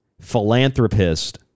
philanthropist